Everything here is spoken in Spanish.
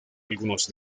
algunos